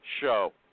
show